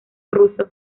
ruso